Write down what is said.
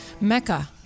Mecca